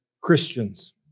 Christians